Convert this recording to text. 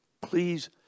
please